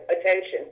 attention